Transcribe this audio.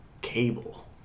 Cable